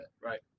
right